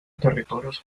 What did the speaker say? territorios